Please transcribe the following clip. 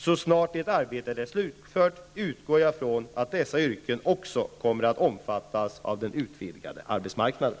Så snart det arbetet är slutfört utgår jag ifrån att dessa yrken också kommer att omfattas av den utvidgade arbetsmarknaden.